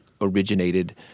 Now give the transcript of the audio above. originated